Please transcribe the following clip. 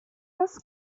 das